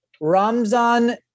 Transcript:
Ramzan